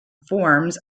forms